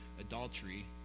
adultery